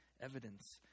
evidence